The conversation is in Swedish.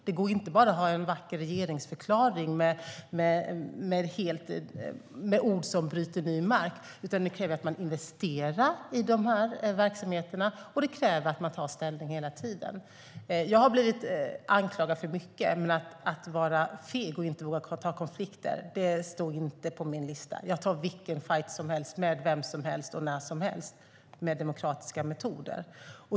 Det går inte att bara ha en vacker regeringsförklaring med ord som bryter ny mark, utan det kräver att man investerar i verksamheterna och att man tar ställning hela tiden. Jag har blivit anklagad för mycket, men att vara feg och inte våga ta konflikter står inte på min lista. Jag tar vilken fajt som helst med vem som helst och när som helst, med demokratiska metoder.